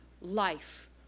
life